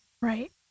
Right